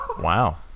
Wow